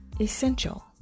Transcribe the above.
essential